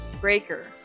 Breaker